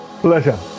pleasure